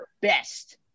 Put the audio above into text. best